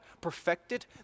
perfected